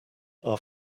are